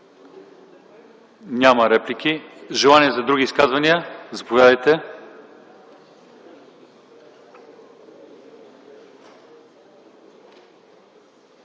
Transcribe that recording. Няма. Желание за други изказвания? Заповядайте,